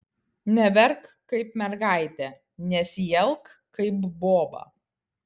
neverk kaip mergaitė nesielk kaip boba